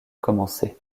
commencer